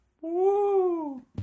Woo